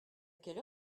quelle